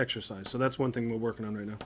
exercise so that's one thing we're working on right now